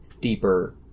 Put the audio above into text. deeper